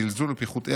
זלזול ופיחות ערך,